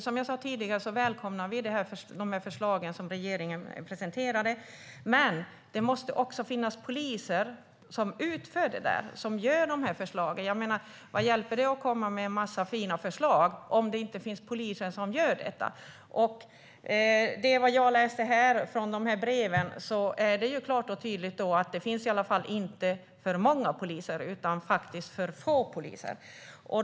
Som jag sa tidigare välkomnar vi de förslag regeringen presenterade. Men det måste också finnas poliser som utför det som föreslås. Vad hjälper det att komma med en massa fina förslag om det inte finns poliser som gör detta? Att döma av de här breven är det klart och tydligt att det inte finns för många poliser utan för få.